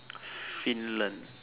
Finland